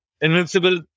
invincible